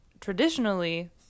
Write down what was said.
traditionally